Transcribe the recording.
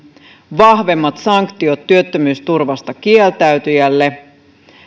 vahvemmat sanktiot työttömyysturvasta kieltäytyjälle